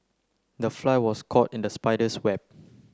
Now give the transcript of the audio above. the fly was caught in the spider's web